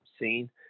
seen